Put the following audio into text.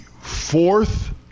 fourth